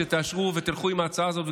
שתאשרו ותלכו עם ההצעה הזאת.